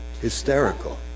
hysterical